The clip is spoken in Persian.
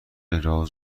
راز